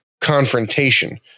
confrontation